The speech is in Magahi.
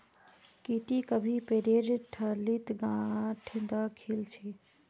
की टी कभी पेरेर ठल्लीत गांठ द खिल छि